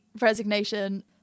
resignation